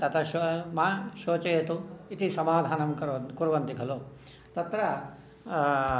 ततः शु मा शोचयतु इति समाधानं कुर्वन्ति खलु तत्र